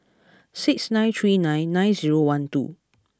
six nine three nine nine zero one two